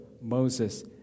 Moses